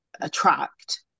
attract